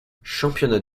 championnats